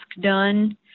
done